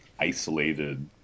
isolated